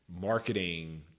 marketing